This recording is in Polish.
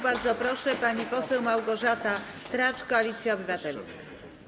Bardzo proszę, pani poseł Małgorzata Tracz, Koalicja Obywatelska.